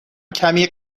کمی